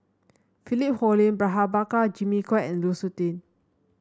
Philip Hoalim Prabhakara Jimmy Quek and Lu Suitin